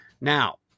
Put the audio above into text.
Now